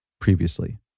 previously